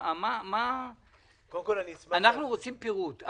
אנחנו רוצים פירוט.